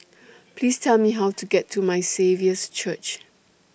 Please Tell Me How to get to My Saviour's Church